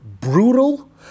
brutal